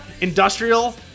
industrial